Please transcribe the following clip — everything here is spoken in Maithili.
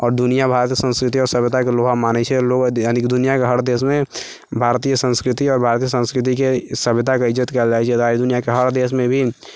आओर दुनिआँ भारतके सभ्यता आओर संस्कृतिके लोहा मानै छै आओर लोक यानिकि दुनिआँके हर देशमे भारतीय संस्कृति आओर भारतीय संस्कृतिके सभ्यताके इज्जत कयल जाइ छै दुनिआँके हर देशमे भी